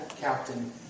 captain